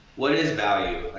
what is value?